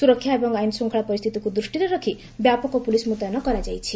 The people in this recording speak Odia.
ସୁରକ୍ଷା ଏବଂ ଆଇନ୍ଶୂଙ୍କଳା ପରିସ୍ଚିତିକୁ ଦୃଷ୍ଟିରେ ରଖ୍ ବ୍ୟାପକ ପୁଲିସ୍ ମୁତୟନ କରାଯାଇଛି